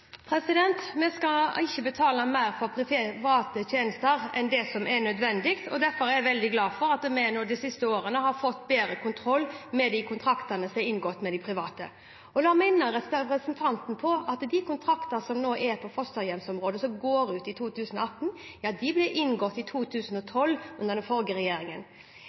Vi skal ikke betale mer for private tjenester enn det som er nødvendig, derfor er jeg veldig glad for at vi de siste årene har fått bedre kontroll med de kontraktene som er inngått med de private. La meg minne representanten på at de kontraktene som nå er på fosterhjemsområdet, og som går ut i 2018, ja, de ble inngått i 2012, under den forrige regjeringen.